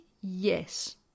Yes